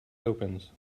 opens